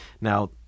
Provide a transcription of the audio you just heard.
Now